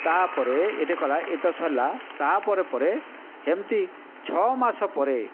ତା'ପରେ ଏଇଟି କଲା ଏଇଟି ତ ସରିଲା ତା' ପରେ ପରେ ଏମିତି ଛଅ ମାସ ପରେ